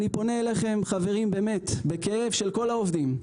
אני פונה אליכם בכאב של כל העובדים,